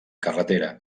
carretera